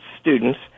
students